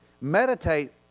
meditate